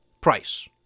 price